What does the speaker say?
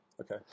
Okay